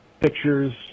pictures